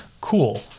cool